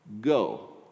Go